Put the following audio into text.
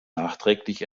nachträglich